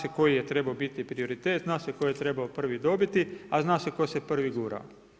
Zna se koji je trebao biti prioritet, zna se koji je trebao prvi dobiti a zna se tko se prvi gurao.